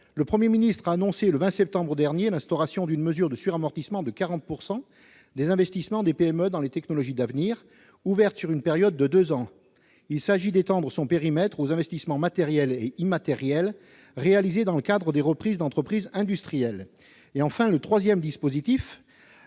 Le Premier ministre a annoncé le 20 septembre dernier l'instauration d'une mesure de suramortissement de 40 % des investissements des PME dans les technologies d'avenir, ouverte sur une période de deux ans. Il s'agit d'étendre son périmètre aux investissements matériels et immatériels réalisés dans le cadre des reprises d'entreprises industrielles. Enfin, nous proposons